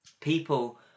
People